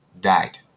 died